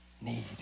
need